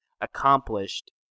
accomplished